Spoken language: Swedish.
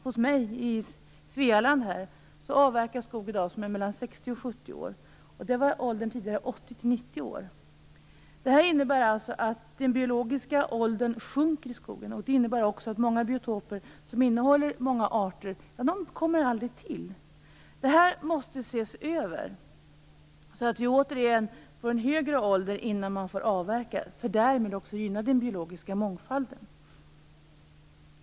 Här nere i Svealand avverkas i dag skog som är 60-70 år. Här var åldern tidigare 80 90 år. Detta innebär alltså att den biologiska åldern sjunker i skogen. Det innebär också att många biotoper som innehåller många arter aldrig kommer till. Detta måste ses över så att vi återigen får en högre ålder innan man får avverka. Därmed gynnas också den biologiska mångfalden.